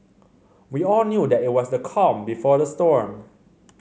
we all knew that it was the calm before the storm